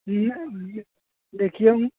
नहि देखियौ